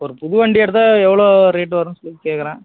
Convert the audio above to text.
ஒரு புது வண்டி எடுத்தால் எவ்வளோ ரேட் வருன்னு சொல்லி கேட்குற